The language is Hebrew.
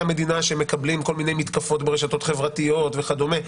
המדינה שמקבלים כל מיני מתקפות ברשתות חברתיות וכדומה.